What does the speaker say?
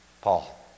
Paul